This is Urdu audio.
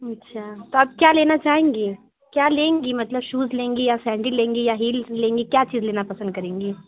اچھا تو آپ کیا لینا چاہیں گی کیا لیں گی مطلب شوز لیں گی یا سینڈل لیں گی یا ہیلس لیں گی کیا چیز لینا پسند کریں گی